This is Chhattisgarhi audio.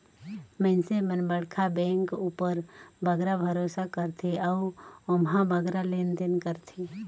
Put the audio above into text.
मइनसे मन बड़खा बेंक उपर बगरा भरोसा करथे अउ ओम्हां बगरा लेन देन करथें